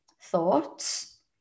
thoughts